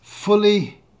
Fully